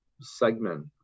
segment